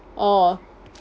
orh